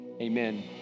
Amen